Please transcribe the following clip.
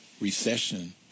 recession